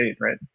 right